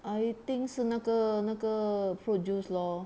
I think 是那个那个 fruit juice lor